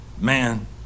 Man